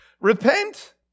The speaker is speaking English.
Repent